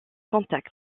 contact